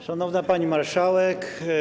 Szanowna Pani Marszałek!